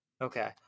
Okay